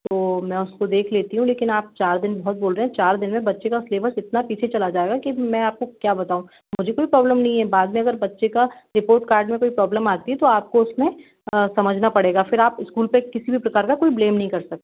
तो मैं उसको देख लेती हूँ लेकिन आप चार दिन बहुत बोल रहें हैं चार दिन में बच्चे का स्लेबस इतना पीछे चला जाएगा कि मैं आपको क्या बताऊँ मुझे कोई प्रॉब्लम नहीं है बाद में अगर बच्चे का रिपोर्ट कार्ड में कोई प्रॉबलम आती है तो आपको उसमें समझना पड़ेगा फिर आप इस्कूल पे किसी भी प्रकार का कोई ब्लेम नहीं कर सकते